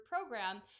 program